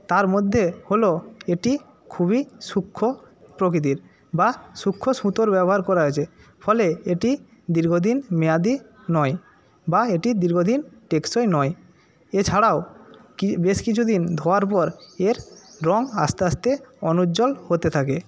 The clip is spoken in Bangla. তার মধ্যে হল এটি খুবই সূক্ষ্ম প্রকৃতির বা সূক্ষ্ম সুতোর ব্যবহার করা হয়েছে ফলে এটি দীর্ঘদিন মেয়াদি নয় বা এটি দীর্ঘদিন টেকসই নয় এছাড়াও বেশ কিছুদিন ধোয়ার পর এর রঙ আস্তে আস্তে অনুজ্জ্বল হতে থাকে